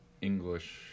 English